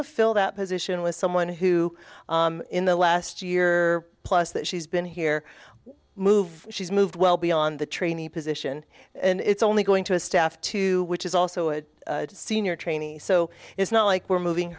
to fill that position with someone who in the last year plus that she's been here move she's moved well beyond the trainee position and it's only going to a staff two which is also a senior trainee so it's not like we're moving